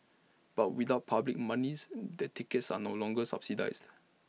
but without public monies the tickets are no longer subsidised